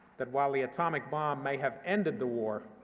that, while the atomic bomb may have ended the war,